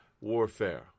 warfare